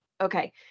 Okay